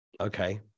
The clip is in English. Okay